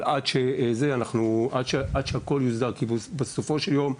אבל עד שהכול יוסדר, בסופו של יום,